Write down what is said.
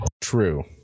True